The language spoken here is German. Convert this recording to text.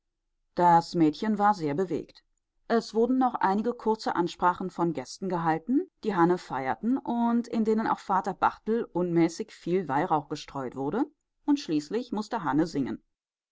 das mädchen war sehr bewegt es wurden noch einige kurze ansprachen von gästen gehalten die hanne feierten und in denen auch vater barthel unmäßig viel weihrauch gestreut wurde und schließlich mußte hanne singen